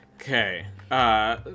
Okay